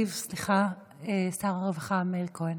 להשיב שר הרווחה מאיר כהן.